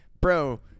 bro